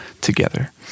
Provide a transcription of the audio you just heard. together